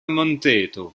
monteto